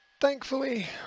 Thankfully